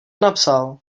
napsal